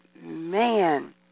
man